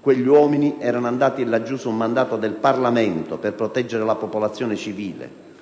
Quegli uomini erano andati laggiù su mandato del Parlamento, per proteggere la popolazione civile,